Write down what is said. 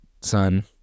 son